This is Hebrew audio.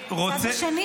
על איזה צד שני את מדברת?